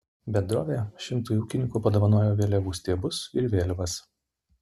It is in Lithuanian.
bendrovė šimtui ūkininkų padovanojo vėliavų stiebus ir vėliavas